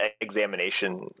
examination